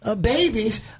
babies